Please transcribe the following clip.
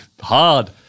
hard